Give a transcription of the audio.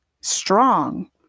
Strong